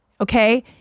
okay